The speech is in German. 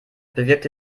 bewirkte